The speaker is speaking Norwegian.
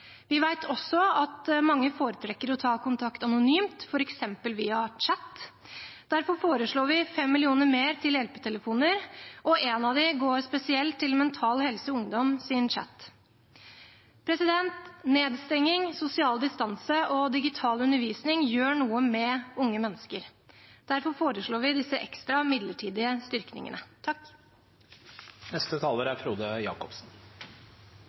Vi vet også at mange foretrekker å ta kontakt anonymt, f.eks. via chat. Derfor foreslår vi 5 mill. kr mer til hjelpetelefoner, og en av dem går spesielt til Mental Helse Ungdoms chat. Nedstengning, sosial distanse og digital undervisning gjør noe med unge mennesker. Derfor foreslår vi disse ekstra, midlertidige